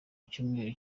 icyumweru